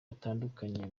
batandukanye